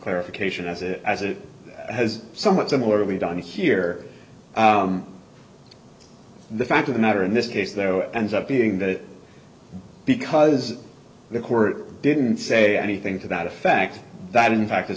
clarification as it as it has somewhat similar to be done here the fact of the matter in this case their ends up being that because the court didn't say anything to that a fact that in fact